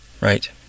Right